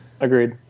Agreed